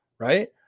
Right